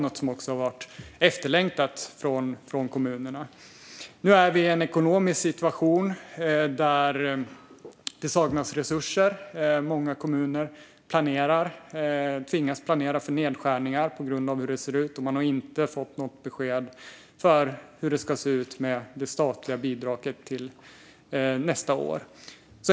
Det har också varit efterlängtat av kommunerna. Nu är vi i en ekonomisk situation där det saknas resurser. Många kommuner tvingas planera för nedskärningar på grund av hur det ser ut, och man har inte fått något besked om hur det ska se ut med det statliga bidraget till nästa år.